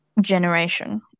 generation